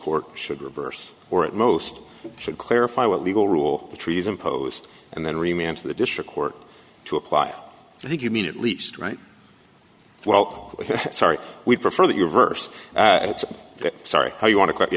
court should reverse or at most should clarify what legal rule the trees imposed and then remained to the district court to apply i think you mean at least right well sorry we prefer that your verse sorry how you want to cut you